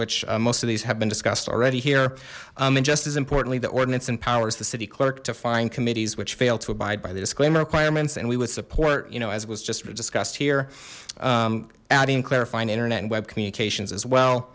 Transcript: which most of these have been discussed already here and just as importantly the ordinance empowers the city clerk to find committees which failed to abide by the disclaimer requirements and we would support you know as was just discussed here adding clarifying internet and web communications as well